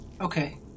Okay